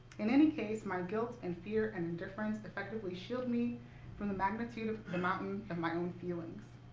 in any case, my guilt and fear and indifference effectively shield me from the magnitude of the mountain of my own feelings.